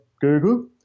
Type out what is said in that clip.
Google